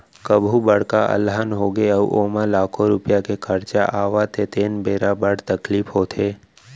कभू बड़का अलहन होगे अउ ओमा लाखों रूपिया के खरचा आवत हे तेन बेरा बड़ तकलीफ होथे